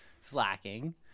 slacking